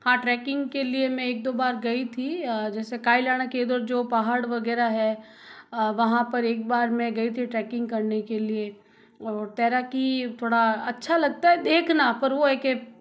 हाँ ट्रैकिंग के लिए मैं एक दो बार गयी थी कायलेणा केरल जो पहाड़ वगैरह जो है वहाँ पर एक बार मैं गयी थी ट्रैकिंग करने के लिए और तैराकी थोड़ा अच्छा लगता है देखना पर वो है के